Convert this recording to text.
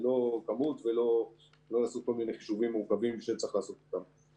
זה לא כמות ולא יעשו כל מיני חישובים מורכבים שצריך לעשות אותם.